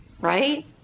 right